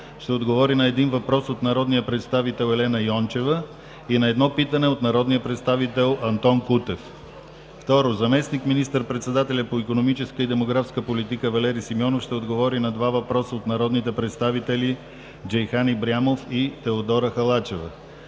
ще отговори на един въпрос от народния представител Елена Йончева и на едно питане от народния представител Антон Кутев; - заместник министър-председателя по икономическата и демографската политика Валери Симеонов ще отговори на два въпроса от народните представители Джейхан Ибрямов и Теодора Халачева;